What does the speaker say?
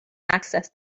access